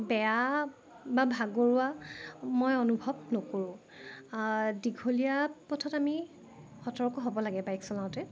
বেয়া বা ভাগৰুৱা মই অনুভৱ নকৰোঁ দীঘলীয়া পথত আমি সতৰ্ক হ'ব লাগে বাইক চলাওঁতে